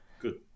good